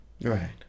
Right